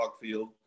Field